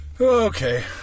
Okay